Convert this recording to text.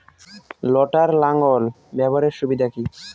লটার লাঙ্গল ব্যবহারের সুবিধা কি?